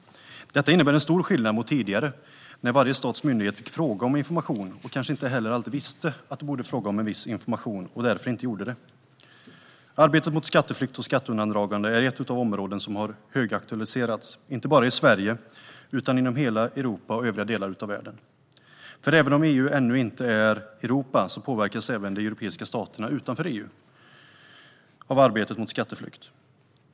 Detta innebär en stor skillnad mot tidigare, när varje stats myndighet fick fråga om information och kanske inte heller alltid visste att de borde fråga om viss information och därför inte gjorde det. Arbetet mot skatteflykt och skatteundandragande är ett av de områden som har högaktualiserats, inte bara i Sverige utan inom hela Europa och i övriga delar av världen. Även om EU ännu inte är Europa påverkas också de europeiska staterna utanför EU av arbetet mot skatteflykt.